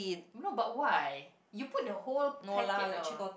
no but why you put the whole packet oh